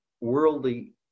worldly